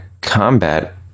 combat